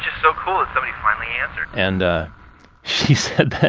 so cool. somebody finally answered. and she said